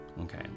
Okay